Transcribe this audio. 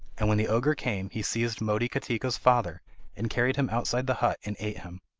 and when the ogre came, he seized motikatika's father and carried him outside the hut and ate him.